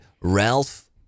Ralph